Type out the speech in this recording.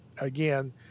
again